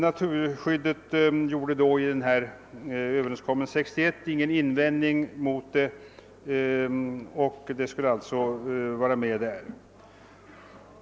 Naturskyddet gjorde 1961 ingen invändning mot regleringen.